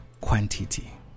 quantity